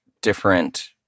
different